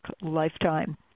lifetime